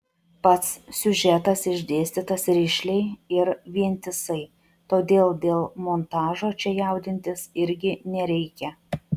pats siužetas išdėstytas rišliai ir vientisai todėl dėl montažo čia jaudintis irgi nereikia